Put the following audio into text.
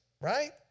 right